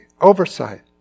oversight